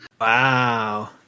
wow